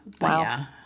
Wow